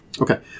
Okay